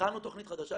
הכנו תכנית חדשה.